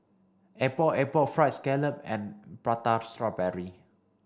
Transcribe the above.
Epok Epok fried scallop and prata strawberry